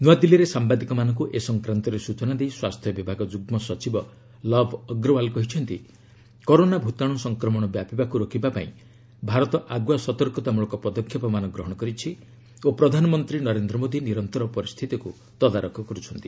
ନ୍ତଆଦିଲ୍ଲୀରେ ସାୟାଦିକମାନଙ୍କୁ ଏ ସଂକ୍ରାନ୍ତରେ ସ୍ଟଚନା ଦେଇ ସ୍ୱାସ୍ଥ୍ୟ ବିଭାଗ ଯୁଗ୍କ ସଚିବ ଲବ୍ ଅଗ୍ରୱାଲ କହିଛନ୍ତି କରୋନା ଭୂତାଣୁ ସଂକ୍ରମଣ ବ୍ୟାପିବାକୁ ରୋକିବା ପାଇଁ ଭାରତ ଆଗୁଆ ସତର୍କତାମ୍ରଳକ ପଦକ୍ଷେପମାନ ଗ୍ରହଣ କରିଛି ଓ ପ୍ରଧାନମନ୍ତ୍ରୀ ନରେନ୍ଦ୍ର ମୋଦୀ ନିରନ୍ତର ପରିସ୍ଥିତିକୁ ତଦାରଖ କରୁଛନ୍ତି